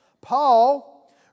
Paul